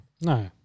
No